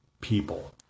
people